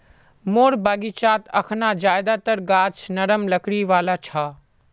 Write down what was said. मोर बगीचात अखना ज्यादातर गाछ नरम लकड़ी वाला छ